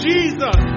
Jesus